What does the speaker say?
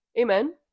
Amen